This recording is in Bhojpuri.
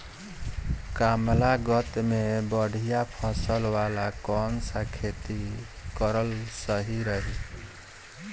कमलागत मे बढ़िया फसल वाला कौन सा खेती करल सही रही?